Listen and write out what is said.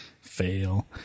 Fail